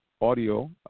audio